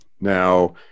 Now